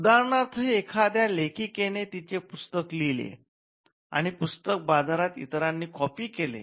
उदारणार्थ एखाद्या लेखिकेने तिचे पुस्तक लिहिले आणि पुस्तक बाजारात इतरांनी कॉपी केले